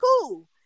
cool